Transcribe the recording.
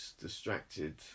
distracted